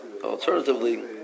alternatively